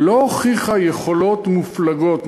לא הוכיחה יכולות מופלגות,